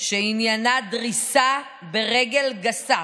שעניינה דריסה ברגל גסה